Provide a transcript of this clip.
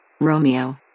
Romeo